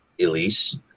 Elise